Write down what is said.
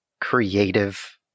creative